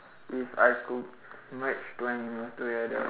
if I could merge two animals together